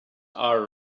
are